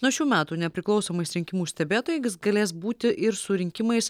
nuo šių metų nepriklausomais rinkimų stebėtojai galės būti ir su rinkimais